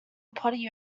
potty